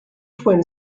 twin